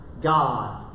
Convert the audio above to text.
God